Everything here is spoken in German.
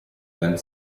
sein